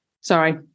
sorry